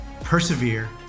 persevere